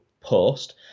post